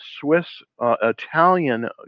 Swiss-Italian